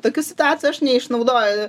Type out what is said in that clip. tokių situacijų aš neišnaudoju